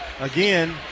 again